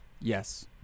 Yes